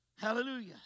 Hallelujah